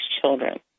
children